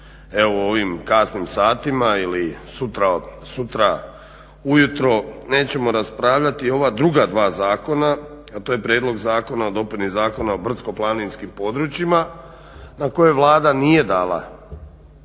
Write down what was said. evo u ovim kasnim satima ili sutra ujutro nećemo raspravljati ova druga dva zakona, a to je Prijedlog zakona o dopuni Zakona o brdsko-planinskim područjima na koje Vlada nije dala